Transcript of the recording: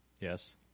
Yes